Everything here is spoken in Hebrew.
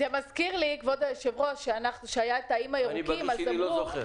זה מזכיר לי כשהיו האיים הירוקים,